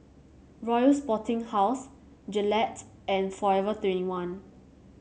Royal Sporting House Gillette and Forever twenty one